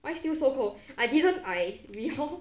why still so cold I didn't I you know